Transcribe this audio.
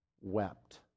wept